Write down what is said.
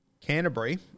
Canterbury